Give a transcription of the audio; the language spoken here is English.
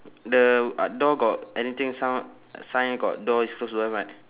the uh door got anything sound sign got door is closed don't have right